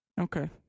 Okay